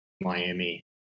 Miami